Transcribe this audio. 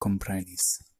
komprenis